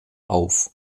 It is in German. auf